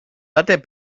date